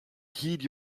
heed